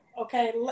okay